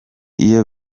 iyo